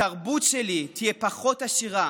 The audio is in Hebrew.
התרבות שלי תהיה פחות עשירה